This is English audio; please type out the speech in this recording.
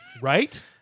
Right